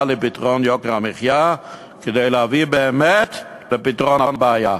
לפתרון יוקר המחיה כדי להביא באמת לפתרון הבעיה.